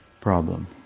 problem